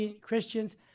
Christians